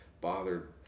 bothered